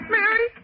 Mary